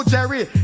Jerry